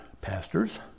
pastors